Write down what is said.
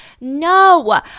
No